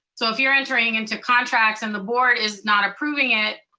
so if you're entering into contracts, and the board is not approving it,